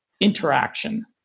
interaction